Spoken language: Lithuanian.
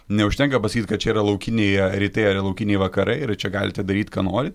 neužtenka pasakyt kad čia yra laukiniai rytai ar laukiniai vakarai ir čia galite daryt ką norit